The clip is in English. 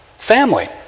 Family